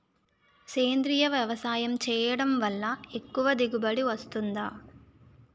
సేంద్రీయ వ్యవసాయం చేయడం వల్ల ఎక్కువ దిగుబడి వస్తుందా?